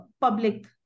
public